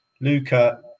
Luca